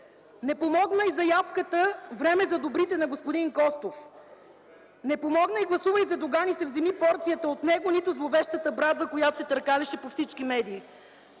Не помогна и заявката „Време за добрите” на господин Костов. Не помогна и „Гласувай за Доган и си вземи порцията от него”, нито зловещата брадва, която се търкаляше по всички медии.